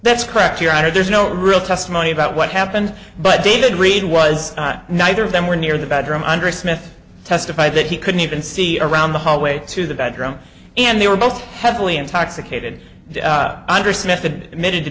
that's correct your honor there's no real testimony about what happened but david reed was neither of them were near the bedroom under smith testified that he couldn't even see around the hallway to the bedroom and they were both heavily intoxicated under smith admitted to